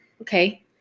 Okay